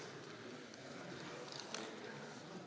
Hvala